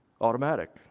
automatic